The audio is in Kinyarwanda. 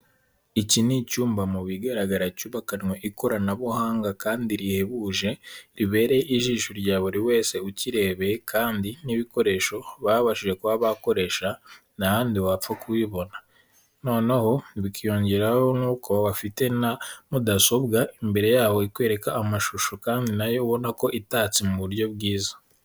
Iki ni icyumba mu bigaragara cyubakanwe ikoranabuhanga kandi rihebuje, ribereye ijisho rya buri wese ukirebeye, kandi n'ibikoresho babashije kuba bakoresha, nta handi wapfa kubibona, noneho bikiyongeraho nkuko bafite na mudasobwa imbere ya ikwereka amashusho kandi nayo ubona ko itatse mu buryo bwiza.